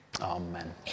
amen